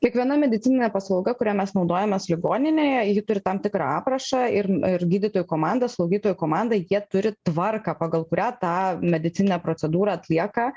kiekviena medicininė paslauga kuria mes naudojamės ligoninėje ji turi tam tikrą aprašą ir ir gydytojų komandą slaugytojų komandą jie turi tvarką pagal kurią tą medicininę procedūrą atlieka